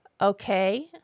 okay